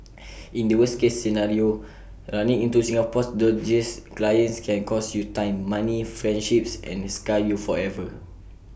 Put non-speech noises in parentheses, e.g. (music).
(noise) in the worst case scenario running into Singapore's dodgiest clients can cost you time money friendships and scar you forever